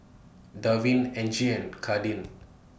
Davin Angie and Kadin